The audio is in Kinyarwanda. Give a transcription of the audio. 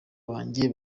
banjye